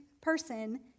person